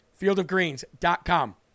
Fieldofgreens.com